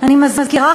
אני מזכירה,